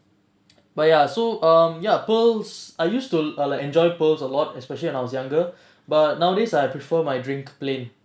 but ya so um ya pearls I used to err like enjoy pearls a lot especially when I was younger but nowadays I prefer my drink plain